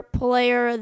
player